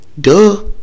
duh